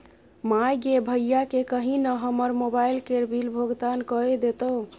माय गे भैयाकेँ कही न हमर मोबाइल केर बिल भोगतान कए देतै